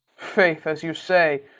faith, as you say,